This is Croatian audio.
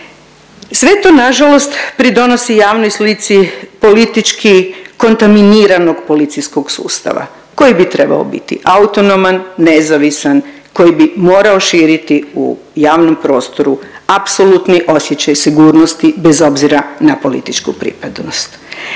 Sve to nažalost pridonosi javnoj slici politički kontaminiranog policijskog sustava, koji bi trebao biti autonoman, nezavisan, koji bi morao širiti u javnom prostoru apsolutni osjećaj sigurnosti bez obzira na političku pripadnost.